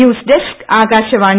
news desk Akashvani